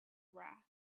wrath